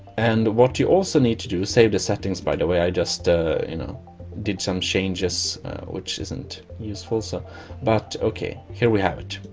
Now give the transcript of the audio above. and what you also need to do save the settings, by the way, i just ah you know did some changes which isn't useful so but ok. here we have it